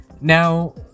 Now